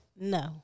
no